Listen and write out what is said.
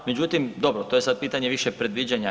Međutim, dobro to je sad pitanje više predviđanja.